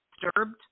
disturbed